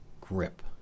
grip